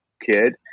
kid